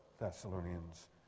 Thessalonians